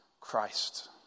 Christ